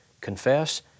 confess